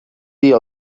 dia